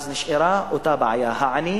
אז נשארה אותה בעיה: העני,